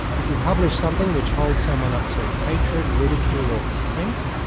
if you publish something which holds someone up to hatred, ridicule or contempt,